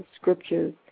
scriptures